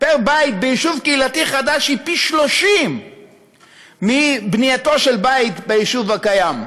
פר-בית ביישוב קהילתי חדש היא פי-30 מבנייתו של בית ביישוב קיים.